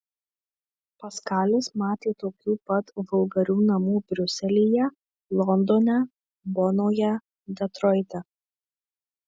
paskalis matė tokių pat vulgarių namų briuselyje londone bonoje detroite